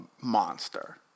monster